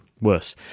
worse